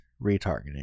retargeting